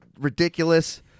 ridiculous